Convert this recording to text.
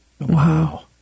Wow